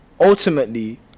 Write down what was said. ultimately